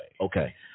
Okay